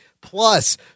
plus